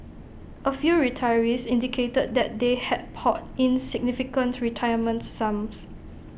A few retirees indicated that they had poured in significant retirement sums